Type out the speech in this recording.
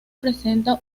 presenta